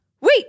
wait